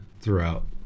throughout